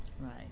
Right